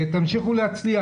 תמשיכו להצליח.